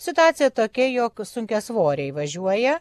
situacija tokia jog sunkiasvoriai važiuoja